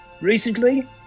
recently